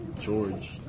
George